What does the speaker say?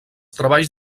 treballs